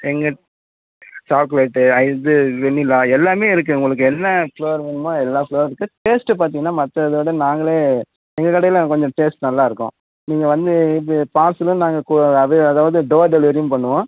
எங்கள் சாக்லேட்டு இது வெண்ணிலா எல்லாமே இருக்குது உங்களுக்கு என்ன ஃப்ளேவர் வேணுமோ எல்லா ஃப்ளேவர்ரும் இருக்குது டேஸ்ட்டு பார்த்தீங்கன்னா மத்ததை விட நாங்களே எங்கள் கடையில் கொஞ்சம் டேஸ்ட் நல்லா இருக்கும் நீங்கள் வந்து இது பார்சலும் நாங்கள் அது அதாவது டோர் டெலிவரியும் பண்ணுவோம்